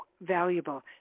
valuable